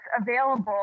available